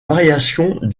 variations